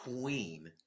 queen